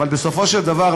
אבל בסופו של דבר,